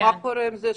מה קורה עם זה?